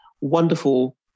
wonderful